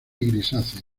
grisáceo